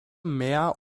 mehr